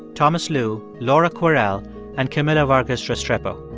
thomas lu, laura kwerel and camila vargas restrepo.